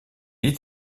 est